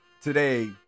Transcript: today